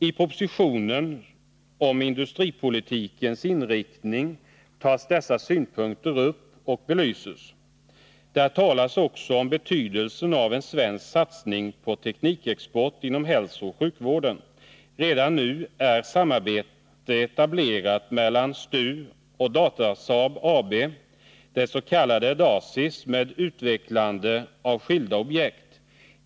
I propositionen om industripolitikens inriktning tas dessa synpunkter upp och belyses. Där talas också om betydelsen av en svensk satsning på teknikexport inom hälsooch sjukvården. Redan nu är ett samarbete etablerat mellan STU och Datasaab AB, det s.k. DASIS, med utvecklande av skilda objekt.